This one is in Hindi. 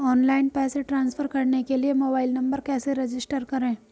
ऑनलाइन पैसे ट्रांसफर करने के लिए मोबाइल नंबर कैसे रजिस्टर करें?